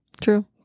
true